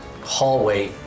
hallway